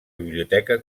biblioteca